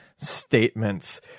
statements